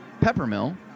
Peppermill